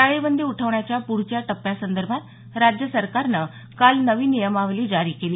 टाळेबंदी उठवण्याच्या पुढच्या टप्प्यासंदर्भात राज्य सरकारनं काल नवी नियमावली जारी केली